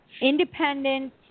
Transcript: independent